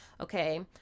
okay